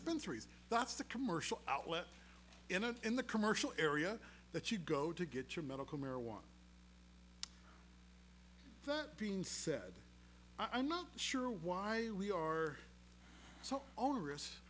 spend three that's the commercial outlet in it in the commercial area that you go to get your medical marijuana that being said i'm not sure why we are so onerous